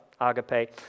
agape